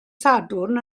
sadwrn